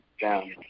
down